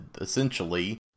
essentially